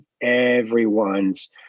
everyone's